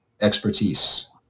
expertise